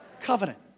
Covenant